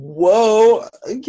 whoa